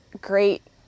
great